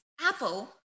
apple